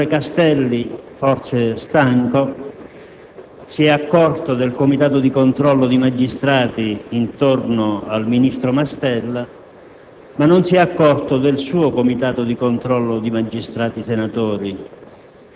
Dopo molte ore di discussione, il senatore Castelli - forse stanco - si è accorto del comitato di controllo di magistrati intorno al ministro Mastella,